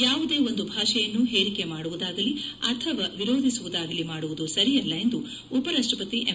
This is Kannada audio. ಯಾವುದೇ ಒಂದು ಭಾಷೆಯನ್ನು ಹೇರಿಕೆ ಮಾಡುವುದಾಗಲಿ ಅಥವಾ ವಿರೋಧಿಸುವುದಾಗಲಿ ಮಾಡುವುದು ಸರಿಯಲ್ಲ ಎಂದು ಉಪರಾಷ್ಟಪತಿ ಎಂ